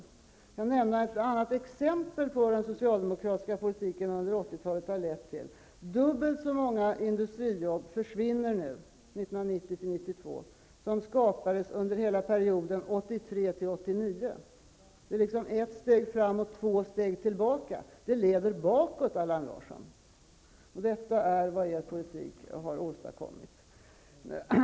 Jag kan nämna ett annat exempel på vad den socialdemokratiska politiken under 80-talet har lett till. Dubbelt så många industrijobb försvinner nu under 1990--1992 som skapades under hela perioden 1983--1989. Det är ett steg framåt och två steg tillbaka. Det leder bakåt, Allan Larsson. Detta är vad er politik har åstadkommit.